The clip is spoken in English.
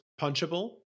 punchable